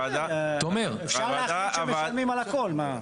בסדר, אפשר גם להחליט שמשלמים על הכול.